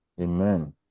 Amen